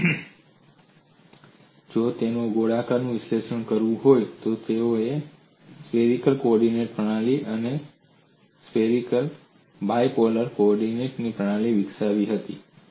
અને જો તેઓએ ગોળાનું વિશ્લેષણ કરવું હોય તો તેઓએ સ્પેરિકલ કોર્ડિનેટ પ્રણાલી અને સ્પેરિકલ બાય પોલર કોર્ડિનેટ પ્રણાલી વિકસાવી હતી